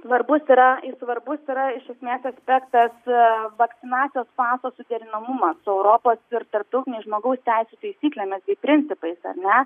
svarbus yra svarbus yra iš esmės aspektas vakcinacijos paso suderinamumas su europos ir tarptautinės žmogaus teisių taisyklėmis bei principais ar ne